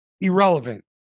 irrelevant